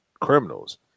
criminals